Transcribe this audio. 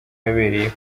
yabereye